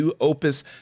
Opus